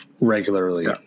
regularly